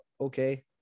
okay